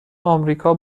آمریکا